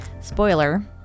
Spoiler